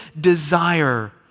desire